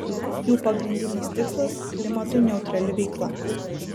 jų pagrindinis tikslas klimatui neutrali veikla